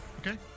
Okay